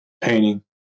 Painting